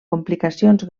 complicacions